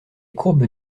courbes